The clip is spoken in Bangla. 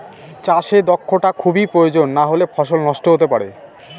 চাষে দক্ষটা খুবই প্রয়োজন নাহলে ফসল নষ্ট হতে পারে